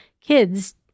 Kids